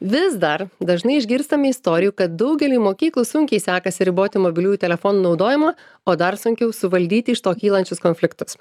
vis dar dažnai išgirstame istorijų kad daugeliui mokyklų sunkiai sekasi riboti mobiliųjų telefonų naudojimą o dar sunkiau suvaldyti iš to kylančius konfliktus